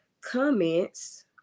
comments